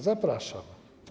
Zapraszam.